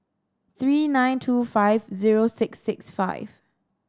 three nine two five zero six six five